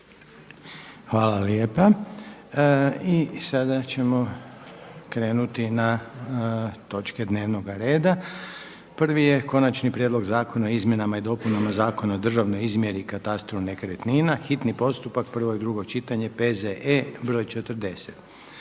Željko (HDZ)** I sada ćemo krenuti na točke dnevnoga reda, prvi je: - Konačni prijedlog Zakona o izmjenama i dopunama Zakona o državnoj izmjeri i katastru nekretnina, hitni postupak, prvo i drugo čitanje, P.Z.E.BR.40.